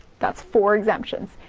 that's four exemptions.